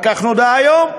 על כך נודע היום.